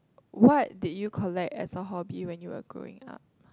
what did you collect as a hobby when you were growing up